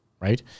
Right